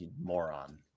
moron